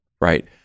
right